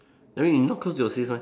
I mean you not close to your sis meh